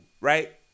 Right